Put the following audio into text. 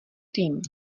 tým